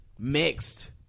mixed